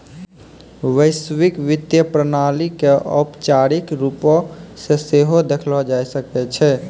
वैश्विक वित्तीय प्रणाली के औपचारिक रुपो से सेहो देखलो जाय सकै छै